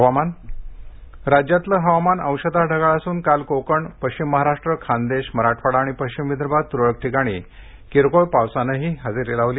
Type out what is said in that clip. हवामान राज्यातलं हवामान अंशतः ढगाळ असून काल कोकण पश्चिम महाराष्ट्र खान्देश मराठवाडा आणि पश्चिम विदर्भात तुरळक ठिकाणी किरकोळ पावसानंही हजेरी लावली